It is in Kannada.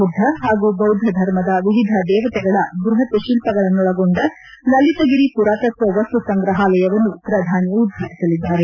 ಬುದ್ದ ಹಾಗೂ ಬೌದ್ದ ಧರ್ಮದ ವಿವಿಧ ದೇವತೆಗಳ ಬೃಹತ್ ಶಿಲ್ಪಗಳನ್ನೊಳಗೊಂಡ ಲಲಿತಗಿರಿ ಪುರಾತತ್ವ ವಸ್ತುಸಂಗ್ರಹಾಲಯವನ್ನು ಪ್ರಧಾನಿ ಉದ್ಘಾಟಸಲಿದ್ದಾರೆ